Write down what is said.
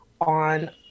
on